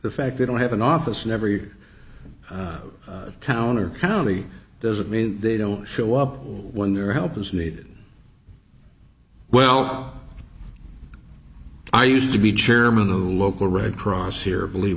the fact they don't have an office in every town or county doesn't mean they don't show up when their help is needed well i used to be chairman of the local red cross here believe